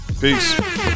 peace